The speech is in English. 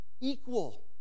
equal